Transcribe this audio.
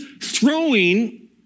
throwing